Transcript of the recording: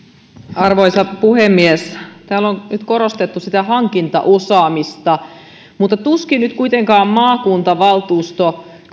arvoisa puhemies täällä on nyt korostettu sitä hankintaosaamista mutta tuskin nyt kuitenkaan maakuntavaltuusto